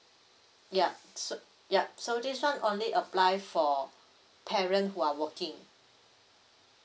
ya so ya so this one only apply for parent who are working